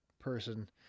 person